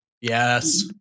Yes